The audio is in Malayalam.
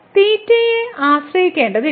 തീറ്റയെ ആശ്രയിക്കേണ്ടതില്ല